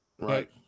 Right